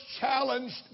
challenged